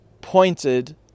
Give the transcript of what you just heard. pointed